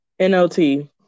NLT